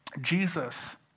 Jesus